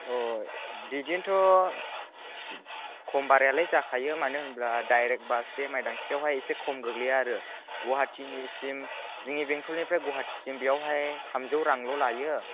अ बिदिनोथ' खम बारायालाय जाखायो मानो होनोब्ला डायरेक्ट बास बे मायदांस्रियावहाय एसे खम गोग्लैयो आरो गुवाहाटिसिम जोंनि बेंटलनिफ्राय गुवाहाटिसिम बेयावहाय थामजौ रांल' लायो